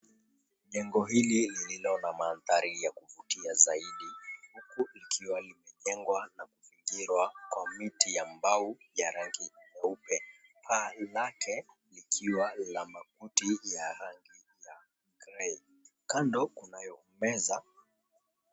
Jengo hili lililo na mandhari ya kuvutia zaidi huku ikiwa imejengwa na kuvingirwa kwa miti ya mbao ya rangi nyeupe paa lake likiwa la makuti ya rangi ya grey kando kunayo meza.